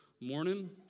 morning